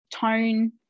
tone